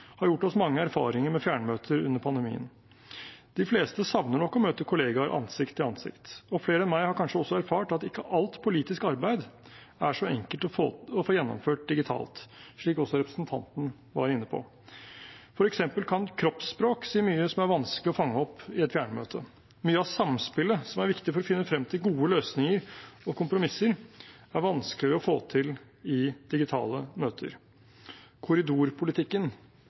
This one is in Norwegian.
har gjort oss mange erfaringer med fjernmøter under pandemien. De fleste savner nok å møte kollegaer ansikt til ansikt, og flere enn meg har kanskje også erfart at ikke alt politisk arbeid er så enkelt å få gjennomført digitalt, slik også representanten var inne på. For eksempel kan kroppsspråk si mye som er vanskelig å fange opp i et fjernmøte. Mye av samspillet som er viktig for å finne frem til gode løsninger og kompromisser, er vanskeligere å få til i digitale møter. Korridorpolitikken